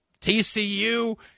TCU